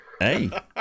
Hey